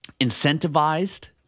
incentivized